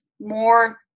more